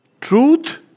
truth